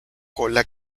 cola